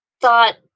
thought